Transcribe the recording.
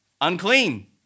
unclean